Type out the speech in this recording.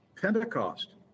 Pentecost